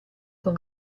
con